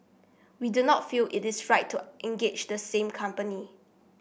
we do not feel it is right to engage the same company